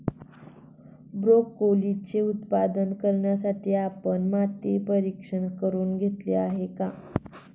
ब्रोकोलीचे उत्पादन करण्यासाठी आपण माती परीक्षण करुन घेतले आहे का?